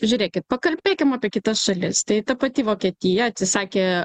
žiūrėkit pakalbėkim apie kitas šalis tai ta pati vokietija atsisakė